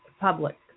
public